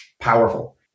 powerful